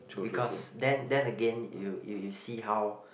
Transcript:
because then then again you you you see how